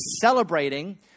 celebrating